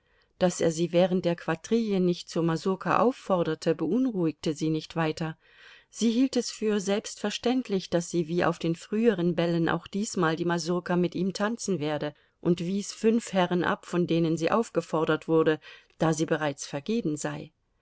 daß er sie während der quadrille nicht zur masurka aufforderte beunruhigte sie nicht weiter sie hielt es für selbstverständlich daß sie wie auf den früheren bällen auch diesmal die masurka mit ihm tanzen werde und wies fünf herren ab von denen sie aufgefordert wurde da sie bereits vergeben sei